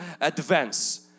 advance